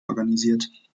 organisiert